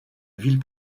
ville